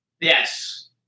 Yes